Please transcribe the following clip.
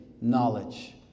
knowledge